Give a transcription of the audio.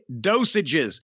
dosages